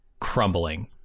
crumbling